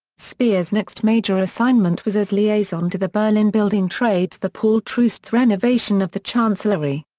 speer's next major assignment was as liaison to the berlin building trades for paul troost's renovation of the chancellery.